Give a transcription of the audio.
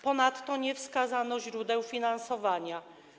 Ponadto nie wskazano źródeł finansowania.